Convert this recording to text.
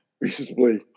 reasonably